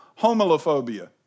homophobia